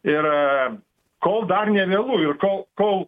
ir kol dar nevėlu ir kol kol